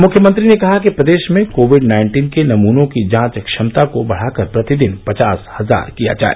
मुख्यमंत्री ने कहा कि प्रदेश में कोविड नाइन्टीन के नमूनों की जांच क्षमता को बढ़ाकर प्रतिदिन पचास हजार किया जाए